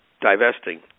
divesting